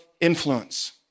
influence